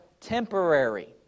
temporary